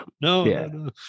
no